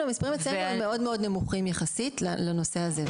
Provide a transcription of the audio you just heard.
הם מאוד-מאוד נמוכים יחסית לנושא הזה.